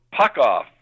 Puckoff